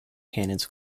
cannons